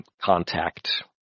contact